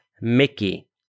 Mickey